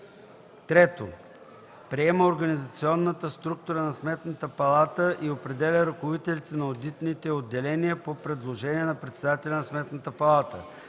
3. приема организационната структура на Сметната палата и определя ръководителите на одитните отделения по предложение на председателя на Сметната палата;